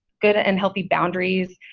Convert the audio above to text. good and healthy boundaries.